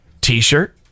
t-shirt